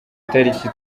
tariki